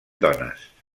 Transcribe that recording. dones